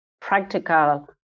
practical